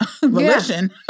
volition